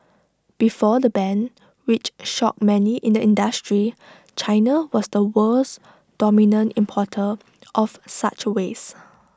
before the ban which shocked many in the industry China was the world's dominant importer of such wastes